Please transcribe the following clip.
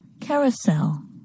carousel